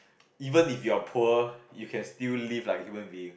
even if you are poor you can still live like a human being